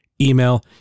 email